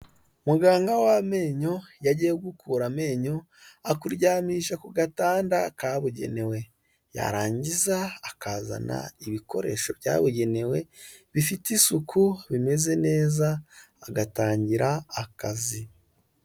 Muganga w'amenyo iyo agiye kugukura amenyo akuryamisha ku gatanda kabugenewe, yarangiza akazana ibikoresho byabugenewe bifite isuku bimeze neza agatangira akazi.